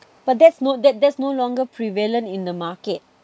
but that's no that's no longer prevalent in the market